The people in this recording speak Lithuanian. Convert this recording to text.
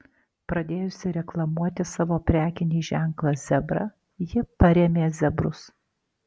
pradėjusi reklamuoti savo prekinį ženklą zebra ji parėmė zebrus